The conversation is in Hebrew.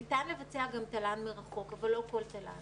ניתן לבצע גם תל"ן מרחוק אבל לא כל תל"ן.